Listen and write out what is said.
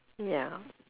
ya